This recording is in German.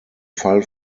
fall